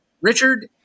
Richard